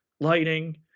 lighting